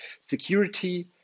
security